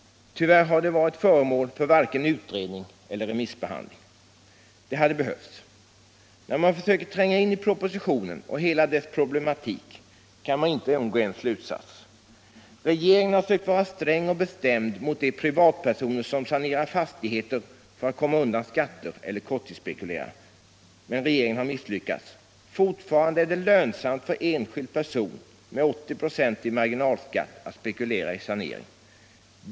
Tyvärr har de inte varit föremål för vare sig utredning eller remissbehandling. Det hade behövts. När man försöker tränga in i propositionen och hela dess problematik kan man inte undgå en slutsats. Regeringen har sökt vara sträng och bestämd mot de privatpersoner som sanerar fastigheter för att komma undan skatter eller för att korttidsspekulera. Men regeringen har misslyckats. Fortfarande är det lönsamt för enskild person med 80 96 i marginalskatt att spekulera i sanering.